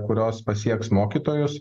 kurios pasieks mokytojus